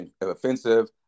offensive